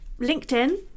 LinkedIn